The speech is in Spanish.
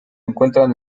encuentran